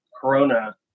Corona